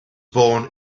born